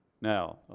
Now